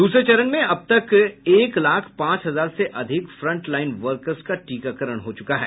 दूसरे चरण में अब तक एक लाख पांच हजार से अधिक फ़ंट लाईन वर्कर का टीकाकरण हो चुका है